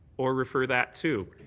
or refer that, too.